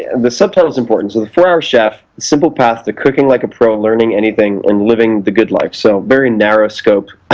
and the subtitle is important. so the four hour chef, simple path to cooking like a pro, learning anything and living the good life, so very narrow scope.